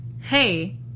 hey